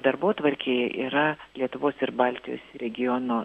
darbotvarkėje yra lietuvos ir baltijos regiono